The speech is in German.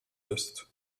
ist